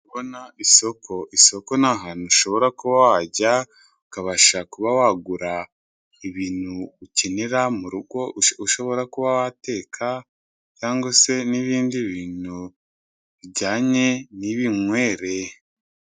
Ndi kubona isoko, isoko ni ahantu ushobora kuba wajya, ukabasha kuba wagura ibintu ukenera mu rugo, ushobora kuba wateka cyangwa se n'ibindi bintu bijyanye n'iminywere.